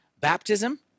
baptism